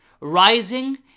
rising